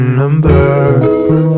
number